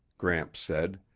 gramps said,